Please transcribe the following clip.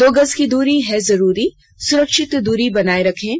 दो गज की दूरी है जरूरी सुरक्षित दूरी बनाए रखें